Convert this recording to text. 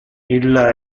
illa